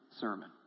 sermon